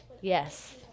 Yes